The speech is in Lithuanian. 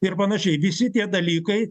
ir panašiai visi tie dalykai